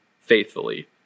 faithfully